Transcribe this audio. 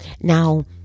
now